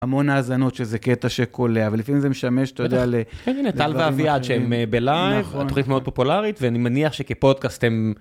המון האזנות שזה קטע שקולע, ולפעמים זה משמש, אתה יודע, בטח, לדברים אחרים... כן, הנה, טל ואביעד שהם בלייב, נכון, התכנית מאוד פופולרית, ואני מניח שכפודקאסט הם...